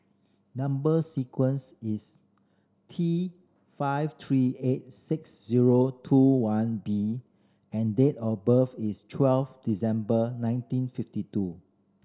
number sequence is T five three eight six zero two one B and date of birth is twelve December nineteen fifty two